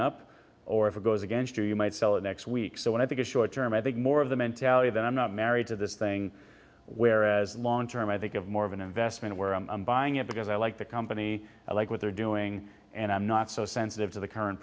up or if it goes against you you might sell it next week so when i think of short term i think more of the mentality that i'm not married to this thing whereas long term i think of more of an investment where i'm buying it because i like the company i like what they're doing and i'm not so sensitive to the current